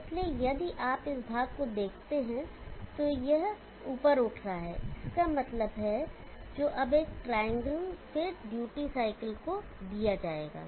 इसलिए यदि आप इस भाग को देखते हैं तो यह ऊपर उठ रहा है जिसका मतलब है जो अब एक ट्रायंगल और फिर ड्यूटी साइकिल को दिया जाता है